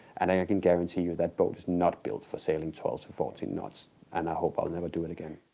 and i i can guarantee you, that boat is not built for sailing twelve to fourteen knots and i hope, i'll never do it again.